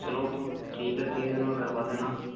चलो तो ठीक है तीन दिन में करवा देना